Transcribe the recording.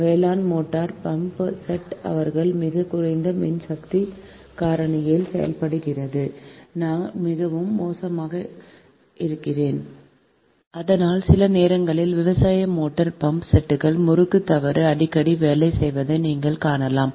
வேளாண் motor pump set அவர்கள் மிகக் குறைந்த மின்சக்தி காரணியில் செயல்படுகிறது இது மிகவும் மோசமாக இருக்கிறது அதனால் சில நேரங்களில் விவசாய மோட்டார் பம்ப் செட்களும் முறுக்கு தவறு அடிக்கடி வேலை செய்வதை நீங்கள் காணலாம்